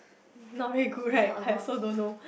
not very good right I also don't know